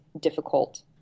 difficult